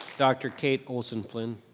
dr. kate olson-flynn.